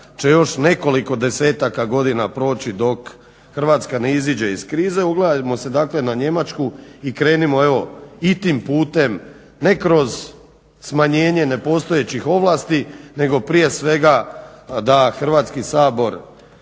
će još nekoliko desetaka godina proći dok Hrvatska ne izađe iz krize. Ugledajmo se dakle na Njemačku i krenimo evo i tim putem ne kroz smanjenje nepostojećih ovlasti nego prije svega da Hrvatski sabor